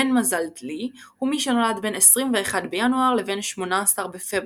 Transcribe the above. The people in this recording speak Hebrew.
"בן מזל דלי" הוא מי שנולד בין 21 בינואר לבין 18 בפברואר.